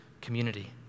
community